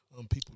people